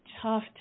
tough